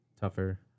tougher